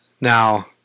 Now